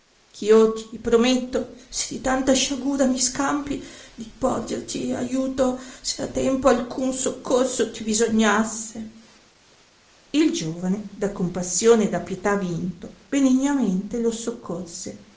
eh io ti prometto se di tanta sciagura mi scampi di porgerti aiuto se a tempo alcuno soccorso ti bisognasse il giovane da compassione e da io in mente lo soccorse